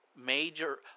Major